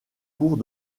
cours